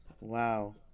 Wow